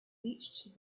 reached